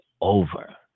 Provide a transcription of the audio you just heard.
over